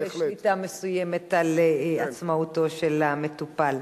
ושליטה מסוימת על עצמאותו של המטופל.